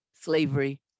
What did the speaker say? slavery